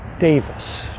Davis